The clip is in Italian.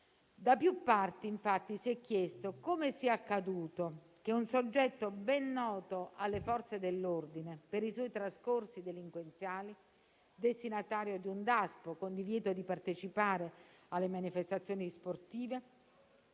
Da più parti, infatti, si è chiesto come sia accaduto che un soggetto ben noto alle Forze dell'ordine per i suoi trascorsi delinquenziali, destinatario di un Daspo con divieto di partecipare alle manifestazioni sportive,